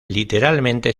literalmente